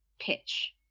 pitch